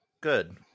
Good